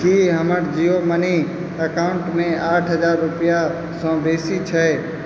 की हमर Jio money account मे आठ हजार रूपैआसँ बेसी छै